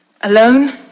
Alone